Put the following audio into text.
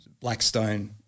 Blackstone